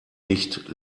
nicht